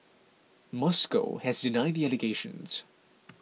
Moscow has denied the allegations